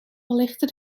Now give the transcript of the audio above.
verlichtte